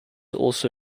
also